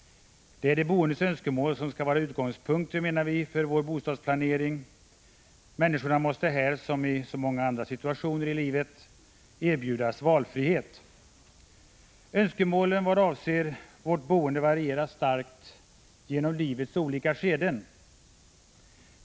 Det är, menar vi, de boendes önskemål som skall vara utgångspunkten för vår bostadsplanering. Människor måste här — som i så många andra situationer i livet — erbjudas valfrihet. Önskemålen vad avser vårt boende varierar starkt genom livets olika skeden.